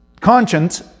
conscience